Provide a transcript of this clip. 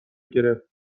گرفت